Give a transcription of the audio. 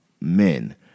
men